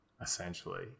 Essentially